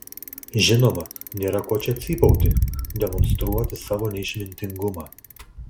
žinoma nėra ko čia cypauti demonstruoti savo neišmintingumą